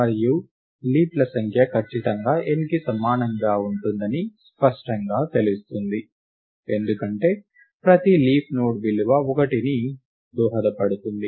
మరియు లీఫ్ల సంఖ్య ఖచ్చితంగా nకి సమానంగా ఉంటుందని స్పష్టంగా తెలుస్తుంది ఎందుకంటే ప్రతి లీఫ్ నోడ్ విలువ 1ని దోహదపడుతుంది